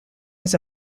was